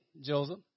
Joseph